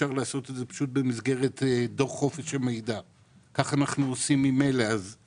מאפשרת את המידה הנכונה של החופש עבור המועצה והארגונים לקבל